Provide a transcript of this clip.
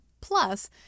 Plus